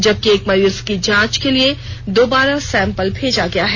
जबकि एक मरीज की जांच के लिए दोबारा सैम्पल भेजा गया है